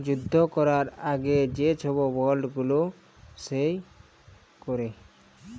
যুদ্ধ ক্যরার আগে যে ছব বল্ড গুলা সই ক্যরে